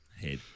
head